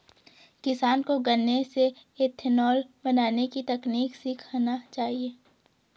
किसानों को गन्ने से इथेनॉल बनने की तकनीक सीखना चाहिए